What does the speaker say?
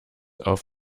auf